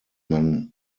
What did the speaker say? man